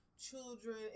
children